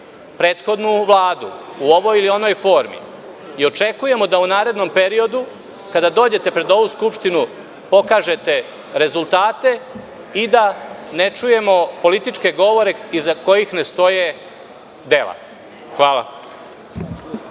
prethodnu Vladu u ovoj ili onoj formi. Očekujemo da u narednom periodu, kada dođete pred ovu Skupštinu, pokažete rezultate i da ne čujemo političke govore iza kojih ne stoje dela. Hvala.